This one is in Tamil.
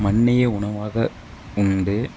மண்ணையே உணவாக உண்டு